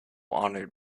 honoured